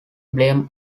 blame